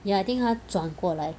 ya I think 它转过来